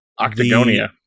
Octagonia